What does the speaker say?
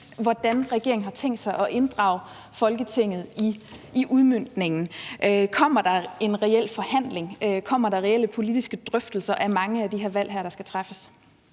hvordan regeringen har tænkt sig at inddrage Folketinget i udmøntningen. Kommer der en reel forhandling? Kommer der reelle politiske drøftelser af de her mange valg, der skal træffes?